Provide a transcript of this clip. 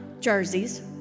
jerseys